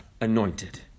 anointed